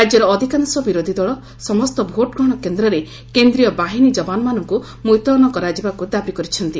ରାଜ୍ୟର ଅଧିକାଂଶ ବିରୋଧୀଦଳ ସମସ୍ତ ଭୋଟଗ୍ରହଣ କେନ୍ଦ୍ରରେ କେନ୍ଦ୍ରୀୟ ବାହିନୀ ଯବାନମାନଙ୍କୁ ମୁତୟନ କରାଯିବାକୁ ଦାବି କରିଛନ୍ତି